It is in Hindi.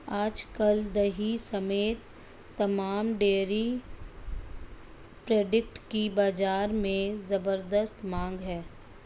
आज कल दही समेत तमाम डेरी प्रोडक्ट की बाजार में ज़बरदस्त मांग है